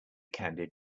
candied